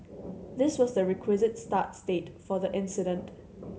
this was the requisite start state for the incident